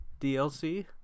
DLC